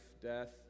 death